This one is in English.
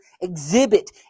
exhibit